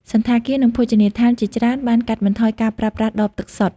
សណ្ឋាគារ និងភោជនីយដ្ឋានជាច្រើនបានកាត់បន្ថយការប្រើប្រាស់ដបទឹកសុទ្ធ។